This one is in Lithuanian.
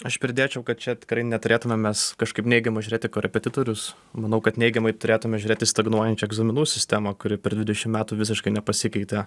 aš pridėčiau kad čia tikrai neturėtumėm mes kažkaip neigiamai žiūrėt į korepetitorius manau kad neigiamai turėtume žiūrėti į stagnuojančią egzaminų sistemą kuri per dvidešimt metų visiškai nepasikeitė